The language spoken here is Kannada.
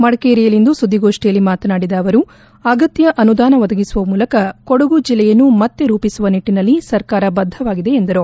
ಮಡಿಕೇರಿಯಲ್ಲಿಂದು ಸುದ್ಗೋಷ್ನಿಯಲ್ಲಿ ಮಾತನಾಡಿದ ಅವರು ಅಗತ್ತ ಅನುದಾನ ಒದಗಿಸುವ ಮೂಲಕ ಕೊಡಗು ಜಿಲ್ಲೆಯನ್ನು ಮತ್ತ ರೂಪಿಸುವ ನಿಟ್ಟಿನಲ್ಲಿ ಸರ್ಕಾರ ಬದ್ದವಾಗಿದೆ ಎಂದರು